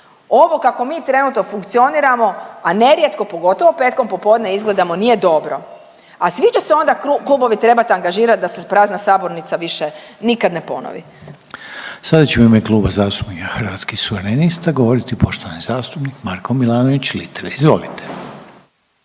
Ovo kako mi trenutno funkcioniramo, a nerijetko, pogotovo petkom popodne, izgledamo nije dobro, a svi će se onda klubovi trebat angažirat da se prazna sabornica više nikad ne ponovi. **Reiner, Željko (HDZ)** Sada će u ime Kluba zastupnika Hrvatskih suverenista govoriti poštovani zastupnik Marko Milanović Litre, izvolite.